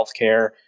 healthcare